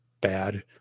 bad